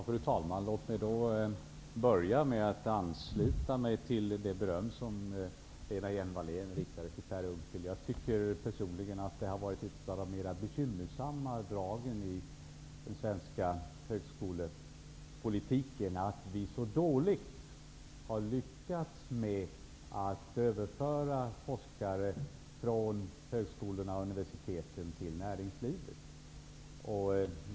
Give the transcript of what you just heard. Fru talman! Låt mig börja med att ansluta mig till det beröm som Lena Hjelm-Wallén riktade till Per Unckel. Jag tycker personligen att ett av de mer bekymmersamma dragen i den svenska högskolepolitiken har varit att vi inte har lyckats överföra forskare från högskolorna och universiteten till näringslivet.